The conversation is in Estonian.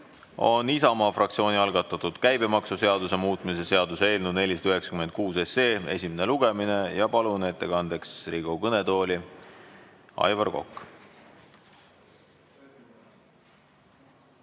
on Isamaa fraktsiooni algatatud käibemaksuseaduse muutmise seaduse eelnõu 496 esimene lugemine. Ma palun ettekandeks Riigikogu kõnetooli Aivar Koka.